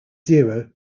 zero